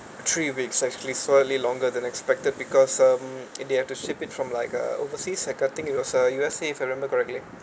three weeks actually slightly longer than expected because um and they have to ship it from like uh overseas like I think it was uh U_S_A if I remember correctly